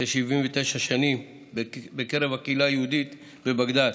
כ-79 שנים בקרב הקהילה היהודית בבגדאד.